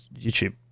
YouTube